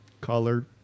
color